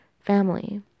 family